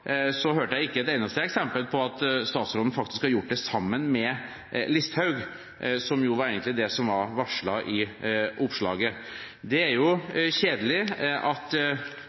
hørte jeg ikke et eneste eksempel på at statsråden faktisk har gjort det sammen med Listhaug, slik det egentlig var varslet i oppslaget. Det er jo kjedelig at